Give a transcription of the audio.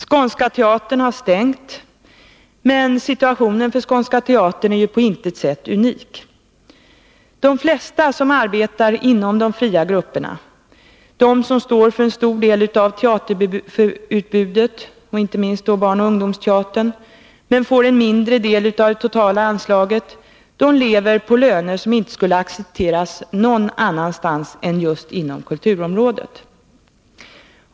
Skånska Teatern har stängt, men situationen för Skånska Teatern är på intet sätt unik. De flesta som arbetar inom de fria grupperna, vilka står för en stor del av teaterutbudet —inte minst av barnoch ungdomsteater — men som får en mindre del av det totala anslaget, lever på löner som inte skulle accepteras någon annanstans än just inom kulturområdet.